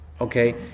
okay